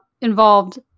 involved